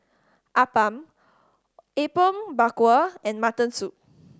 appam Apom Berkuah and mutton soup